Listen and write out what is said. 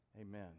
Amen